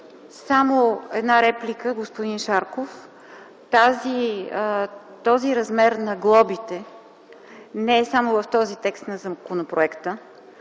Само една реплика, господин Шарков. Този размер на глобите не е само в този текст на законопроекта.